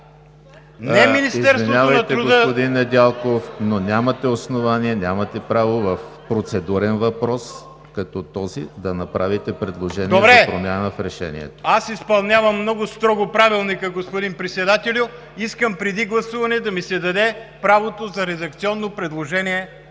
Извинявайте, господин Недялков, но нямате основание, нямате право в процедурен въпрос като този да направите предложение за промяна в Решението. МИЛКО НЕДЯЛКОВ: Добре, аз изпълнявам много строго Правилника, господин Председателю. Искам преди гласуване да ми се даде правото за редакционно предложение.